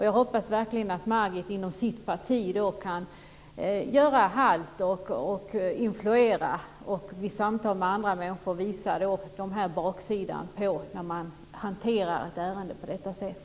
Jag hoppas verkligen att Margit Gennser inom sitt parti kan göra halt, att hon kan influera och i samtal med andra visa baksidan av att hantera ett ärende på detta sätt.